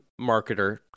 marketer